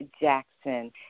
Jackson